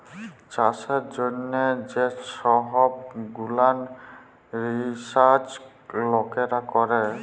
চাষের জ্যনহ যে সহব গুলান রিসাচ লকেরা ক্যরে